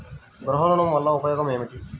గృహ ఋణం వల్ల ఉపయోగం ఏమి?